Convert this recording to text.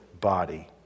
body